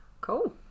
cool